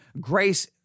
grace